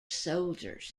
soldiers